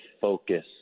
focus